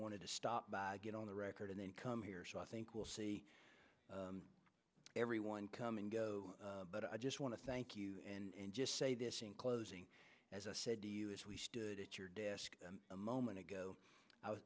wanted to stop by to get on the record and then come here so i think we'll see everyone come and go but i just want to thank you and just say this in closing as a said to you as we stood at your desk a moment ago i was